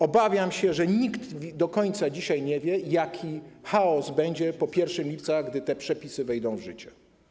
Obawiam się, że nikt do końca dzisiaj nie wie, jaki chaos będzie po 1 lipca, gdy te przepisy wejdą w życie.